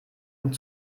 und